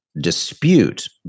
dispute